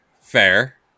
fair